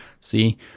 See